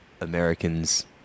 Americans